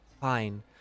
Fine